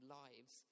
lives